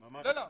ממש לא.